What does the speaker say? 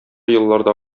елларда